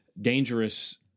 dangerous